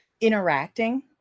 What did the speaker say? interacting